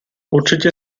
určitě